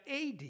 AD